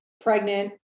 pregnant